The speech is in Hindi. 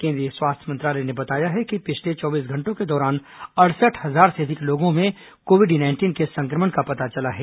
केंद्रीय स्वास्थ्य मंत्रालय ने बताया है कि पिछले चौबीस घंटों के दौरान अड़सठ हजार से अधिक लोगों में कोविड नाइंटीन के संक्रमण का पता चला है